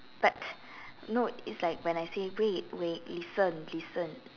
but no it's like when I say wait wait listen listen